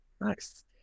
Nice